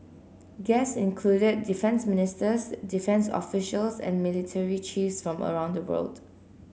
guests included defence ministers defence officials and military chiefs from all around the world